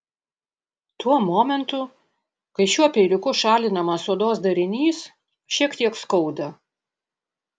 tuo momentu kai šiuo peiliuku šalinamas odos darinys šiek tiek skauda